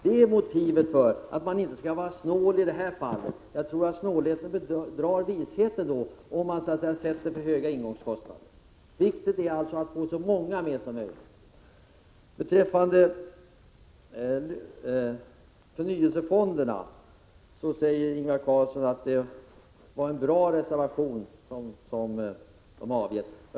Det är motivet för att inte vara snål i detta fall — snålheten bedrar visheten om myndigheternas ingångskostnader sätts för högt. Det är viktigt att så många myndigheter som möjligt ansluter sig. Beträffande förnyelsefonderna säger Ingvar Karlsson i Bengtsfors att det är en bra reservation.